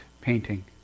painting